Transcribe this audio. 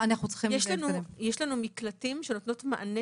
יש לנו מקלטים שנותנים מענה